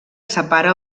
separa